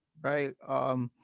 right